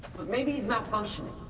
but maybe he's malfunctioning.